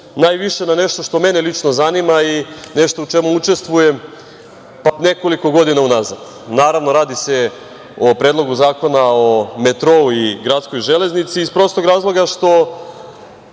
najviše na nešto što mene lično zanima i nešto u čemu učestvujem nekoliko godina unazad. Naravno, radi se o Predlogu zakona o metrou i gradskoj železnici, iz prostog razloga što